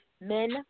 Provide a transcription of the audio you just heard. men